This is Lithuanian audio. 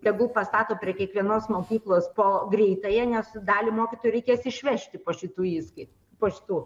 tegu pastato prie kiekvienos mokyklos po greitąją nes dalį mokytojų reikės išvežti po šitų įskaitų po šitų